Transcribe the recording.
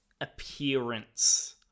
appearance